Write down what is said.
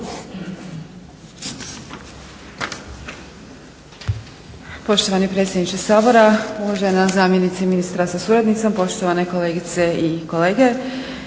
Poštovani predsjedniče Sabora, uvažena zamjenice ministra sa suradnicom, poštovane kolegice i kolege.